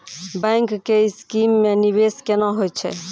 Bank के scheme मे निवेश केना होय छै?